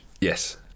Yes